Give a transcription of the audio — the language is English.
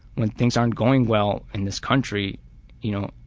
when things aren't going well in this country you know,